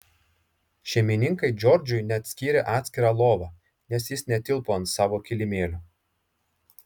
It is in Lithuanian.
šeimininkai džordžui net skyrė atskirą lovą nes jis netilpo ant savo kilimėlio